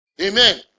Amen